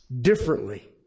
differently